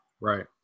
right